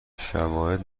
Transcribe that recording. شواهد